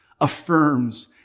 affirms